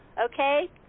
okay